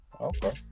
okay